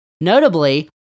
Notably